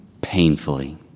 painfully